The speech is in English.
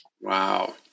Wow